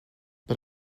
but